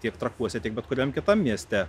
tiek trakuose tiek bet kuriam kitam mieste